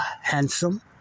handsome